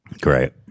Great